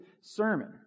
sermon